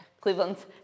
Cleveland's